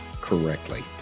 correctly